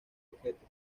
objeto